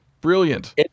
brilliant